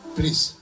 Please